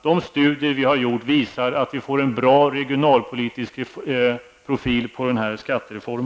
De studier som har gjorts visar att det blir en bra regionalpolitisk profil på denna skattereform.